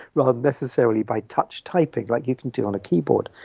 rather than necessarily by touch-typing like you can do on a keyboard.